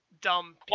Dumb